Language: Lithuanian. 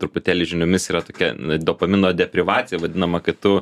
truputėlį žiniomis yra tokia dopamino deprivacija vadinama kai tu